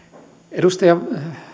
edustaja